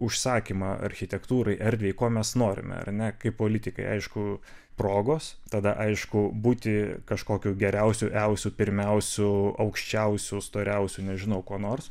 užsakymą architektūrai erdvei ko mes norime ar ne kaip politikai aišku progos tada aišku būti kažkokiu geriausiu eusiu pirmiausiu aukščiausia storiausia nežinau kuo nors